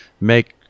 make